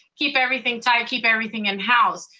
keep everything tight, keep everything in house.